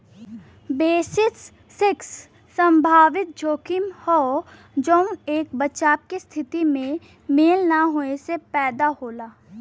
basis risk संभावित जोखिम हौ जौन एक बचाव के स्थिति में मेल न होये से पैदा होला